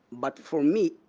but for me,